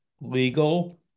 legal